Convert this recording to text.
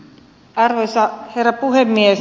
arvoisa herra puhemies